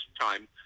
time